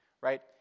right